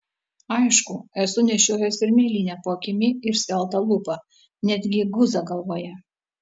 aišku esu nešiojęs ir mėlynę po akimi ir skeltą lūpą net gi guzą galvoje